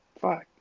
Fuck